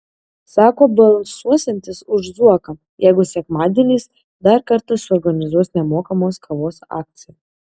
sako balsuosiantis už zuoką jeigu sekmadieniais dar kartą suorganizuos nemokamos kavos akciją